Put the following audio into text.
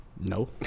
No